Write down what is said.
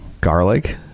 garlic